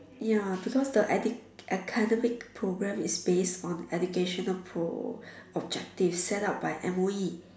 ya because the ad~ academic program is based on the educational pro objective set up by M_O_E